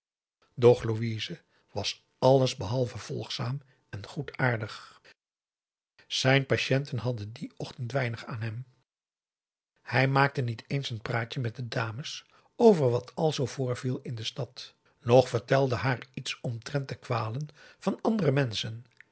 doch louise was alles behalve volgzaam en goedaardig p a daum de van der lindens c s onder ps maurits zijn patiënten hadden dien ochtend weinig aan hem hij maakte niet eens een praatje met de dames over wat alzoo voorviel in de stad noch vertelde haar iets omtrent de kwalen van andere menschen